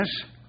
Yes